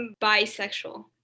bisexual